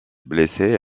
blessé